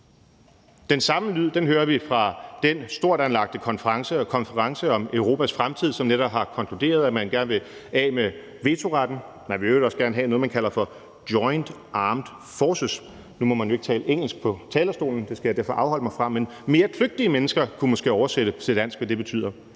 De samme toner hører vi fra den stort anlagte konference Konferencen om Europas fremtid, som netop har konkluderet, at man gerne vil af med vetoretten. Man vil i øvrigt også gerne have noget, man kalder for joined armed forces – nu må man jo ikke tale engelsk på talerstolen, det skal jeg så afholde mig fra, men mere kløgtige mennesker kunne måske oversætte til dansk, hvad det betyder.